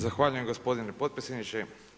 Zahvaljujem gospodine potpredsjedniče.